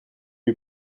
lui